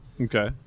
Okay